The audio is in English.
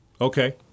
okay